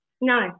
No